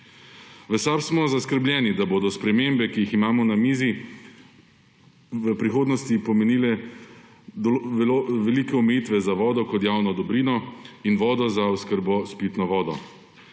V SAB smo zaskrbljeni, da bodo spremembe, ki jih imamo na mizi, v prihodnosti pomenile velike omejitve za vodo kot javno dobrino in vodo za oskrbo s pitno vodo.